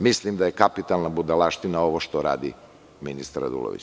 Mislim da je kapitalna budalaština ovo što radi ministar Radulović.